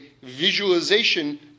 visualization